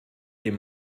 dem